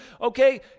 Okay